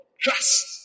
Trust